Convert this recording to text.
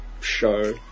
show